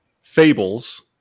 Fables